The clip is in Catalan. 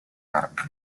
march